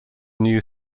new